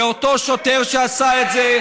ואותו שוטר שעשה את זה,